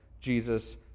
Jesus